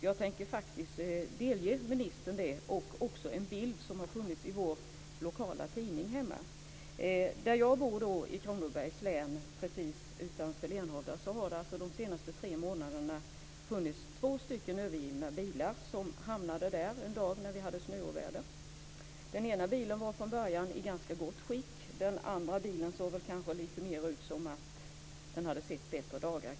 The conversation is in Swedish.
Jag tänker delge ministern detta, och han ska också få en bild ur lokaltidningen hemma. Jag bor i Kronobergs län, precis utanför Lenhovda. Där har det de senaste tre månaderna funnits två övergivna bilar, som hamnade där en dag när vi hade snöoväder. Den ena bilen var från början i ganska gott skick, men om den andra kan man nog säga att den hade sett bättre dagar.